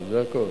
זה הכול.